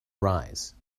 rise